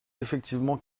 effectivement